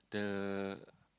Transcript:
the